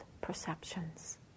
perceptions